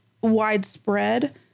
widespread